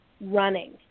running